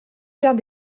quarts